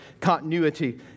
continuity